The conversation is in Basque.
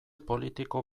politiko